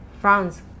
france